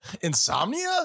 Insomnia